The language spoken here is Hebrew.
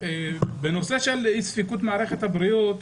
בנושא של אי צפיפות מערכת הבריאות,